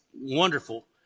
wonderful